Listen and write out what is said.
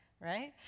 right